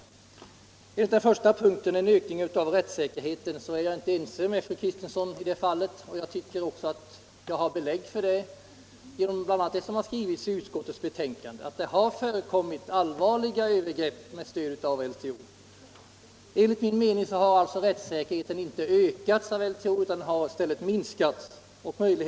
Beträffande den första punkten, att rättssäkerheten har ökat, är jag inte överens med fru Kristensson, och jag tycker att jag har fått belägg för min uppfattning bl.a. genom vad som skrivits i utskottets betänkande att det har förekommit allvarliga övergrepp med stöd av LTO. Jag anser alltså att rättssäkerheten inte har ökat utan i stället minskat genom LTO.